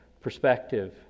perspective